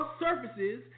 surfaces